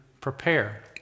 prepare